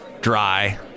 dry